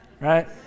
right